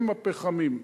אֵם הפחמים.